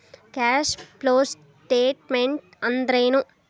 Cash flow statement ಅಂದ್ರೇನು?